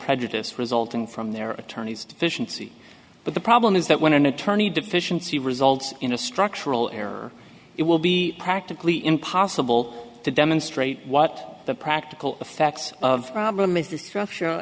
prejudice resulting from their attorneys deficiency but the problem is that when an attorney deficiency results in a structural error it will be practically impossible to demonstrate what the practical effect of problem is the structural